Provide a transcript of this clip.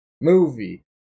movie